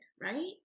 right